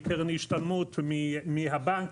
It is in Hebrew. מקרן השתלמות, מהבנק.